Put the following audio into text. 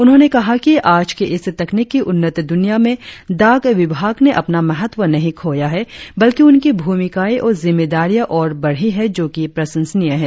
उन्होंने कहा कि आज के इस तकनिकी उन्नत दुनिया में डाक विभाग ने अपना महत्व नहीं खोया है बल्कि उनकी भूमिकाएं और जिम्मेदारियां और बढ़ी है जो कि प्रशंसनीय है